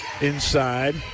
inside